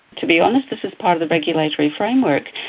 to be honest this is part of the regulatory framework.